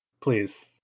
Please